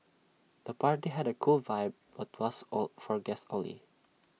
the party had A cool vibe but was for guests only